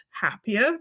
happier